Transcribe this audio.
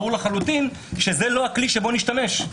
ברור לחלוטין שזה לא הכלי שבו נשתמש.